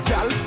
Gal